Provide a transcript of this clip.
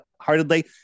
heartedly